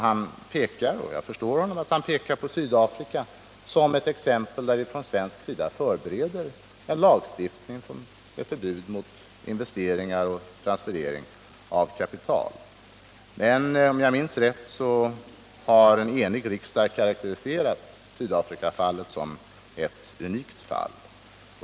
Han pekar — och jag förstår honom — på Sydafrika som ett exempel på att vi från svensk sida förbereder en lagstiftning om förbud mot investeringar och transferering av kapital. Men om jag minns rätt har en enig riksdag karakteriserat Sydafrikafallet som ett unikt fall.